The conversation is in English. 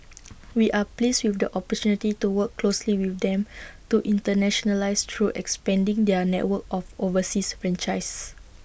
we are pleased with the opportunity to work closely with them to internationalise through expanding their network of overseas franchisees